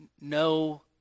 no